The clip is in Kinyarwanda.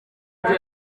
ibyo